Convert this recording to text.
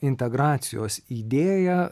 integracijos idėja